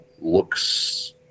looks